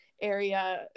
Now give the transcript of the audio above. area